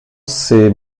ces